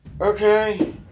Okay